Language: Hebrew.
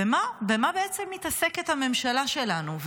במה בעצם מתעסקת הממשלה שלנו.